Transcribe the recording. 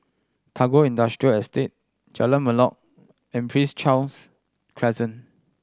Tagore Industrial Estate Jalan Melor and Prince Charles Crescent